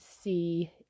see